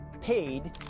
paid